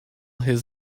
his